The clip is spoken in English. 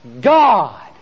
God